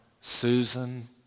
Susan